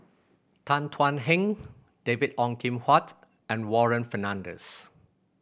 Tan Thuan Heng David Ong Kim Huat and Warren Fernandez